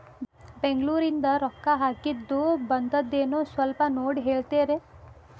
ಬೆಂಗ್ಳೂರಿಂದ ರೊಕ್ಕ ಹಾಕ್ಕಿದ್ದು ಬಂದದೇನೊ ಸ್ವಲ್ಪ ನೋಡಿ ಹೇಳ್ತೇರ?